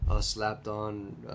slapped-on